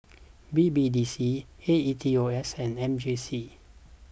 B B D C A E T O S and M J C